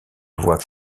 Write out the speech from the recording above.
voie